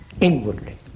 inwardly